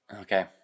Okay